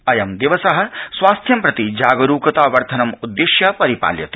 अयं दिवस स्वास्थ्यं प्रति जागरूकतावर्धनम् उद्दिश्य परिपाल्यते